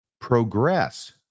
progress